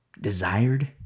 desired